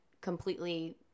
completely